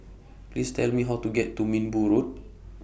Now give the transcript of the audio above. Please Tell Me How to get to Minbu Road